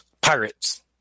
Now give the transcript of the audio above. pirates